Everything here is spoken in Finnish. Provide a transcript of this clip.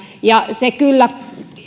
ja se kyllä